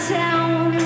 town